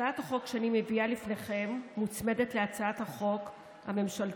הצעת החוק שאני מביאה לפניכם מוצמדת להצעת החוק הממשלתית,